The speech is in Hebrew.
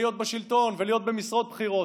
להיות בשלטון ולהיות במשרות בכירות.